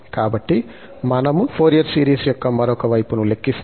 కాబట్టి మనము Fourier series యొక్క మరొక వైపును లెక్కిస్తాము ఇది